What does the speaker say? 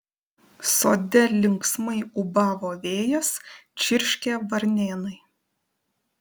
sode linksmai ūbavo vėjas čirškė varnėnai